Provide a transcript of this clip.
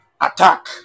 attack